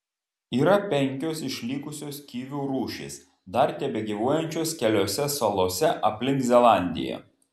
yra penkios išlikusios kivių rūšys dar tebegyvuojančios keliose salose aplink zelandiją